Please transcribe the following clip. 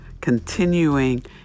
continuing